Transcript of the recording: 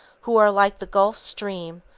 who are like the gulf stream,